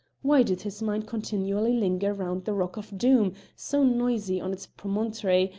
why did his mind continually linger round the rock of doom, so noisy on its promontory,